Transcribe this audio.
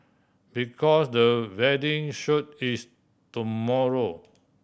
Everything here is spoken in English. because the wedding shoot is tomorrow